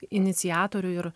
iniciatorių ir